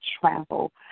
travel